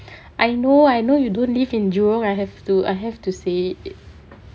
I know I know you don't live in jurong I have to I have to say